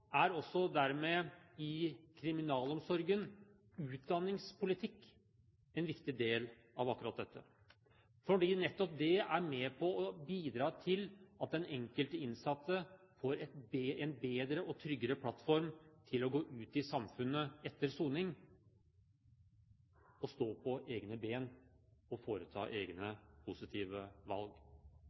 er dermed også utdanningspolitikk en viktig del i kriminalomsorgen, fordi nettopp det er med på å bidra til at den enkelte innsatte har en bedre og tryggere plattform når vedkommende skal gå ut i samfunnet etter soning og stå på egne ben og foreta egne positive valg.